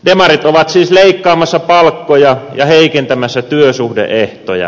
demarit ovat siis leikkaamassa palkkoja ja heikentämässä työsuhde ehtoja